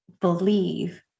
believe